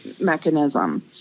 mechanism